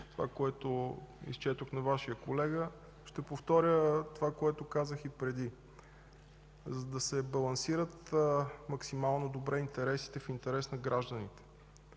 това, което изчетох на Вашия колега. Ще повторя това, което казах и преди. За да се балансират максимално добре интересите в полза на гражданите,